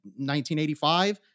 1985